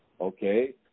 Okay